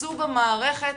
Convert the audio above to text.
יקפצו במערכת